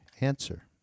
answer